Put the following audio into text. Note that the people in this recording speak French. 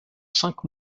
cinq